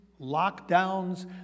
lockdowns